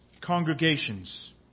congregations